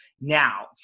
Now